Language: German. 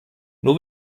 nur